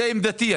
זו עמדתי.